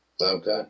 Okay